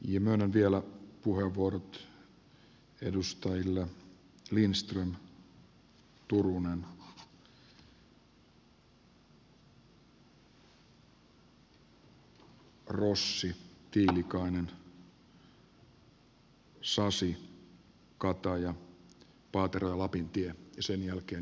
ja myönnän vielä puheenvuorot edustajille lindström turunen rossi tiilikainen sasi kataja paatero ja lapintie ja sen jälkeen ministerin vastaus